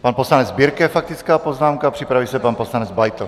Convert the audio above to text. Pan poslanec Birke, faktická poznámka, připraví se pan poslanec Beitl.